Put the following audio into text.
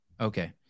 okay